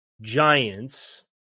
Giants